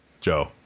joe